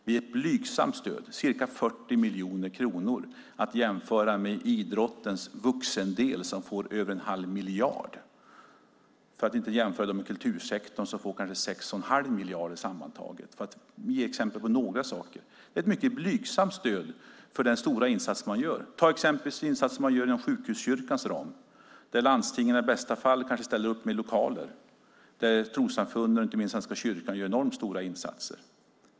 Det är ett blygsamt stöd, ca 40 miljoner kronor, att jämföra med idrottens vuxendel som får över en halv miljard, för att inte tala om kultursektorn, som får kanske 6 1⁄2 miljarder sammantaget. Man får alltså ett mycket blygsamt stöd för den stora insats man gör. Ta till exempel den insats man gör inom ramen för sjukhuskyrkan, där landstingen i bästa fall ställer upp med lokaler. Där gör trossamfunden, inte minst Svenska kyrkan, enormt stora insatser.